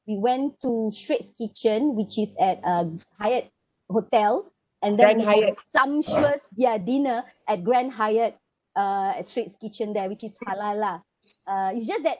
we went to straits kitchen which is at uh Hyatt hotel and then had a sumptuous ya dinner at grand Hyatt uh at straits kitchen there which is halal lah uh it's just that